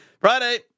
Friday